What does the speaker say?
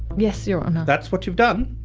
yes, your honour. that's what you've done.